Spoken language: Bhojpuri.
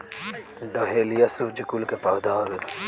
डहेलिया सूर्यकुल के पौधा हवे